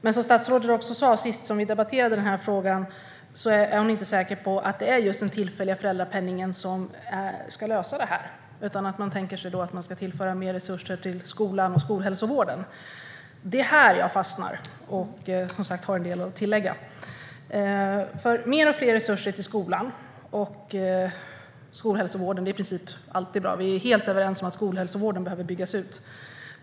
Men som statsrådet också sa sist vi debatterade den här frågan är hon inte säker på att det är just den tillfälliga föräldrapenningen som ska lösa det här, utan man tänker att man ska tillföra mer resurser till skolan och skolhälsovården. Det är här jag fastnar och har en del att tillägga. Mer och fler resurser till skolan och skolhälsovården är i princip alltid bra. Vi är helt överens om att skolhälsovården behöver byggas ut.